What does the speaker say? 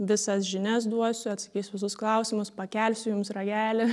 visas žinias duosiu atsakysiu į visus klausimus pakelsiu jums ragelį